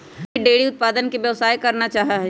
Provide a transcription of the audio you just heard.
Rohit dairy उत्पादन के व्यवसाय करना चाहा हई